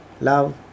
love